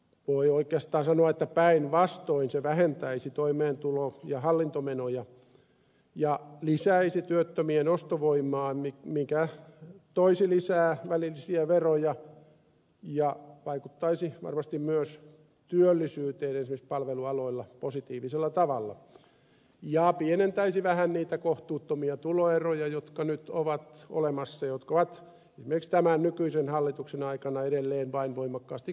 voi oikeastaan sanoa että päinvastoin se vähentäisi toimeentulo ja hallintomenoja ja lisäisi työttömien ostovoimaa mikä toisi lisää välillisiä veroja ja vaikuttaisi varmasti myös työllisyyteen esimerkiksi palvelualoilla positiivisella tavalla ja pienentäisi vähän niitä kohtuuttomia tuloeroja jotka nyt ovat olemassa ja jotka ovat esimerkiksi tämän nykyisen hallituksen aikana edelleen vain voimakkaasti kasvaneet